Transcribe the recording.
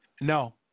No